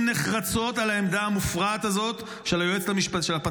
נחרצות על העמדה המופרעת הזאת של הפצ"רית,